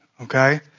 okay